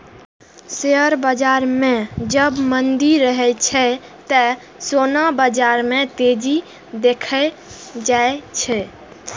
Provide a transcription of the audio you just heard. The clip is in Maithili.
शेयर बाजार मे जब मंदी रहै छै, ते सोना बाजार मे तेजी देखल जाए छै